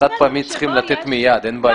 בחד פעמי צריכים לתת מיד.